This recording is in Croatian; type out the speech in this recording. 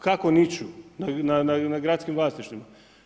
Kako niču na gradskim vlasništvima?